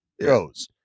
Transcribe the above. goes